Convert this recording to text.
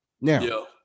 Now